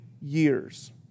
years